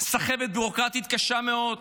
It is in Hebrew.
סחבת ביורוקרטית קשה מאוד,